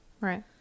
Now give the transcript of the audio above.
Right